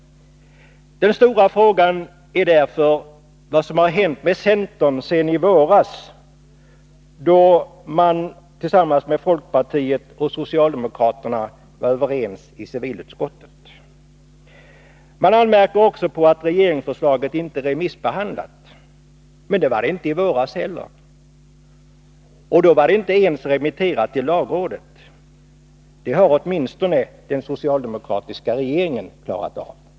Den stora frågan är därför vad som har hänt med centern sedan i våras då centern tillsammans med folkpartiet var överens med socialdemokraterna i civilutskottet. Man anmärker också på att regeringsförslaget inte är remissbehandlat. Men det var det inte heller i våras — och då var det inte ens remitterat till lagrådet. Det har åtminstone den socialdemokratiska regeringen klarat av.